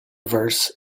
verse